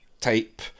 type